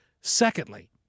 Secondly